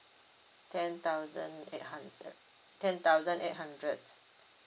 ten thousand eight hundred ten thousand eight hundred